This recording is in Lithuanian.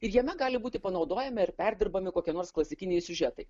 ir jame gali būti panaudojami ar perdirbami kokie nors klasikiniai siužetai